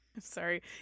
sorry